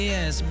Yes